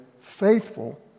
faithful